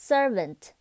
Servant